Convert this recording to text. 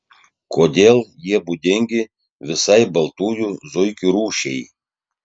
kodėl jie būdingi visai baltųjų zuikių rūšiai